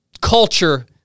culture